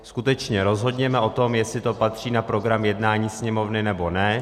Skutečně, rozhodněme o tom, jestli to patří na program jednání Sněmovny, nebo ne.